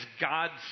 God's